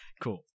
Cool